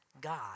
God